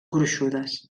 gruixudes